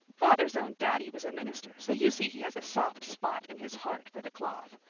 father's own daddy was a minister, so you see he has a soft spot in his heart for the cloth.